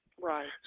Right